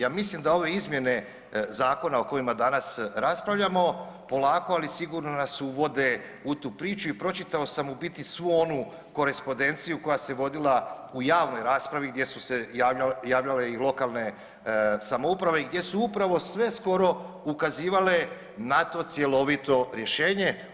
Ja mislim da ove izmjene zakona o kojima danas raspravljamo polako ali sigurno nas uvode u tu priču i pročitao sam u biti svu onu korespondenciju koja se vodila u javnoj raspravi gdje su se javljale i lokalne samouprave i gdje su upravo sve skoro ukazivale na to cjelovito rješenje.